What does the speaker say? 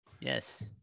Yes